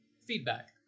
feedback